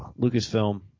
lucasfilm